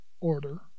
order